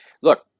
Look